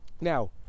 now